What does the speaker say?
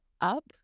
up